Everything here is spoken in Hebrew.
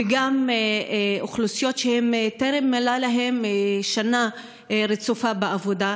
וגם אלה שטרם מלאה להם שנה רצופה בעבודה,